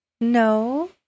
No